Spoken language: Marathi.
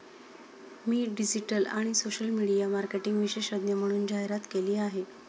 मी डिजिटल आणि सोशल मीडिया मार्केटिंग विशेषज्ञ म्हणून जाहिरात केली आहे